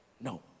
No